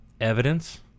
evidence